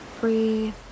breathe